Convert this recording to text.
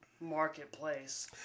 marketplace